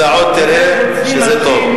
ואתה עוד תראה שזה טוב.